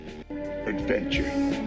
Adventure